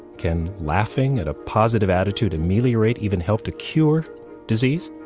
can laughing and a positive attitude ameliorate, even help to cure disease?